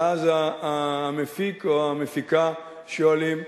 ואז המפיק או המפיקה שואלים,